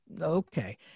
Okay